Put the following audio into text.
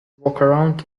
workaround